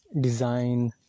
design